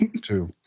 two